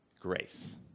grace